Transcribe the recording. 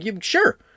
sure